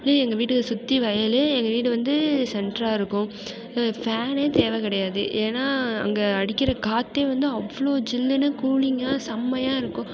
அப்படே எங்கள் வீட்டை சுற்றி வயல் எங்கள் வீடு வந்து சென்டரா இருக்கும் ஃபேனே தேவை கிடையாது ஏன்னா அங்கே அடிக்கிற காற்றே வந்து அவ்வளோ ஜில்லுனு கூலிங்காக செம்மையாக இருக்கும்